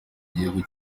gihugu